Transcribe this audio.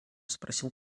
спросил